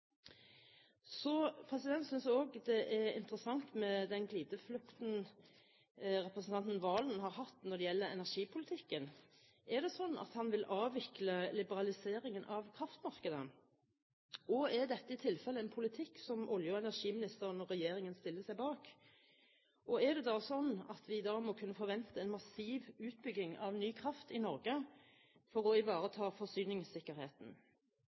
Så til representanten Sande: Jeg ville forventet at man hadde orden på sakene før man kritiserte Høyre for å stille seg bak en ordning som faktisk ennå ikke er godkjent. Jeg synes også det er interessant med den glideflukten representanten Serigstad Valen har hatt når det gjelder energipolitikken. Er det sånn at han vil avvikle liberaliseringen av kraftmarkedet, og er dette i tilfelle en politikk som olje- og energiministeren og regjeringen stiller seg bak? Og er det da